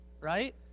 right